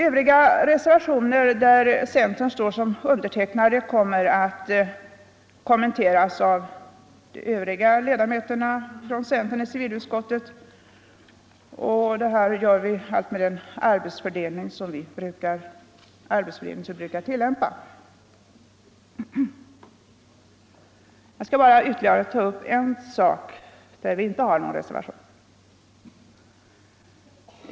Övriga reservationer där centerns representanter står antecknade kommer att kommenteras av de andra centerledamöterna i civilutskottet enligt den arbetsfördelning som vi brukar tillämpa. Jag skall bara ta upp ytterligare en fråga, där vi inte har någon reservation.